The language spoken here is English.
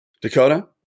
Dakota